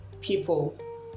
people